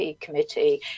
committee